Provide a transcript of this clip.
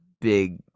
big